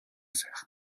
сайхан